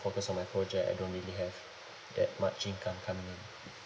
focus on my project I don't really have that much income coming in